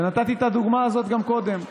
ונתתי את הדוגמה הזאת גם קודם.